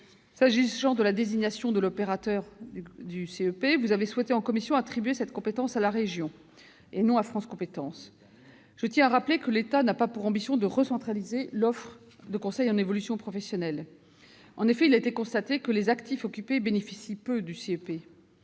du conseil en évolution professionnelle, ou CEP, vous avez souhaité en commission attribuer cette compétence à la région, et non à France compétences. Je tiens à rappeler que l'État n'a pas pour ambition de recentraliser l'offre de conseil en évolution professionnelle. En effet, il a été constaté que les actifs occupés bénéficient peu du CEP.